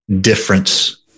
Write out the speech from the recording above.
difference